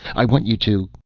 i want you to